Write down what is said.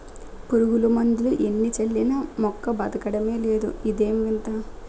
పురుగుమందులు ఎన్ని చల్లినా మొక్క బదకడమే లేదు ఇదేం వింత?